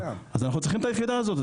אז אנחנו צריכים את היחידה הזאת,